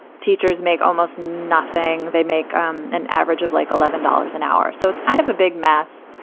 teachers make almost nothing. they make um an average of like eleven dollars an hour. so it's kind of a big mess.